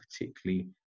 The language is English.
particularly